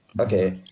okay